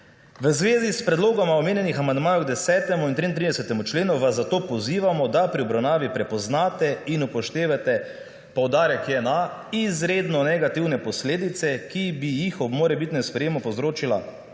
V zvezi s predlogom omenjenih amandmajev k 10. in 33. členu vas zato pozivamo, da pi obravnavi prepoznate in upoštevate – poudarek je na – izredno negativne posledice, ki bi jih ob morebitnem sprejemu povzročila